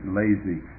lazy